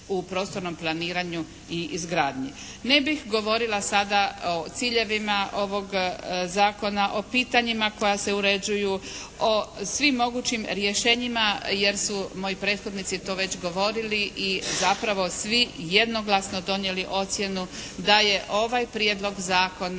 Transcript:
u prostornom planiranju i izgradnji. Ne bih govorila sada o ciljevima ovog zakona, o pitanjima koja se uređuju, o svim mogućim rješenjima jer su moji prethodnici to već govoriti i zapravo svi jednoglasno donijeli ocjenu da je ovaj prijedlog zakona